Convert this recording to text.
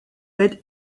raid